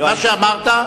מה שאמרת,